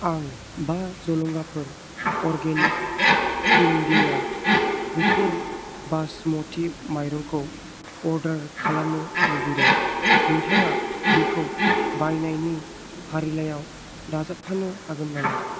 आं बा जलंगाफोर अर्गेनिक इन्डिया गुफुर बास्म'ति माइरंखौ अर्दार खालामनो लुबैदों नोंथाङा बेखौ बायनायनि फारिलाइयाव दाजाबफानो हागोन नामा